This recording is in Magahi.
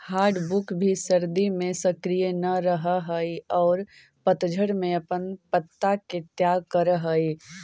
हार्डवुड भी सर्दि में सक्रिय न रहऽ हई औउर पतझड़ में अपन पत्ता के त्याग करऽ हई